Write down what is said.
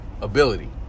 ability